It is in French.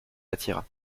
attira